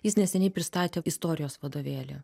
jis neseniai pristatė istorijos vadovėlį